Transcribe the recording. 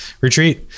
retreat